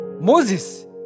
Moses